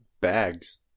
bags